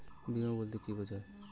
বিমা বলতে কি বোঝায়?